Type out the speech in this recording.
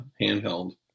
handheld